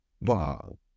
wow